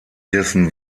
dessen